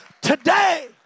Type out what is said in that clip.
Today